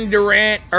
Durant